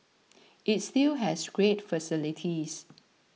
it still has great facilities